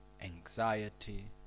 anxiety